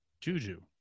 Juju